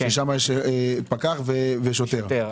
ששם יש פקח ושוטר.